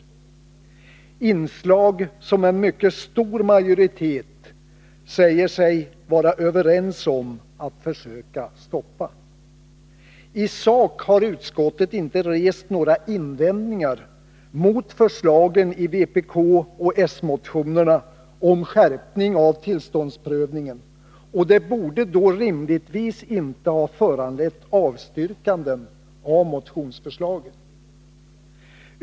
Det är inslag som en mycket stor majoritet säger sig vara överens om att försöka stoppa. I sak har utskottet inte rest några invändningar mot förslagen i vpkoch | s-motionerna om skärpning av tillståndsprövningen, och det borde då rimligtvis inte ha föranlett avstyrkanden av motionsförslagen.